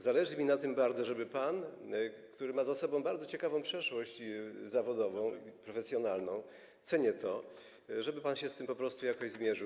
Zależy mi na tym bardzo, żeby pan, który ma za sobą bardzo ciekawą przeszłość zawodową, profesjonalną, cenię to, po prostu się z tym jakoś zmierzył.